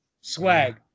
swag